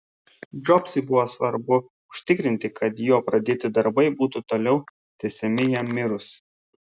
džobsui buvo svarbu užtikrinti kad jo pradėti darbai būtų toliau tęsiami jam mirus